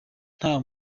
nta